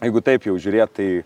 jeigu taip jau žiūrėt tai